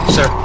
Sir